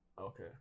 Okay